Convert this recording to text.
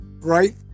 right